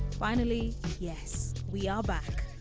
finally yes we are back.